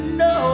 no